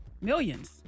Millions